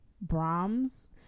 Brahms